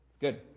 Good